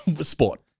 sport